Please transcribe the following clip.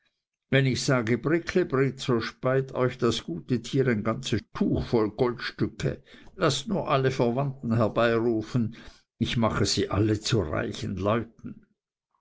wenn ich sage bricklebrit so speit euch das gute tier ein ganzes tuch voll goldstücke laßt nur alle verwandte herbeirufen ich mache sie alle zu reichen leuten